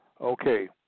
okay